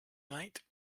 late